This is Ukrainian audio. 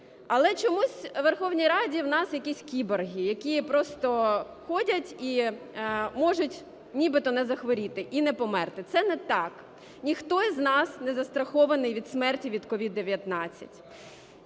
Але чомусь у Верховній Раді у нас якісь кіборги, які просто ходять і можуть нібито не захворіти і не померти. Це не так. Ніхто із нас не застрахований від смерті від COVID-19.